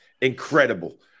incredible